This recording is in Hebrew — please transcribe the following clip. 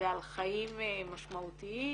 ועל חיים משמעותיים.